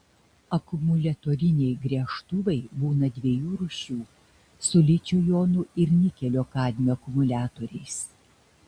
akumuliatoriniai gręžtuvai būna dviejų rūšių su ličio jonų ir nikelio kadmio akumuliatoriais